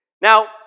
Now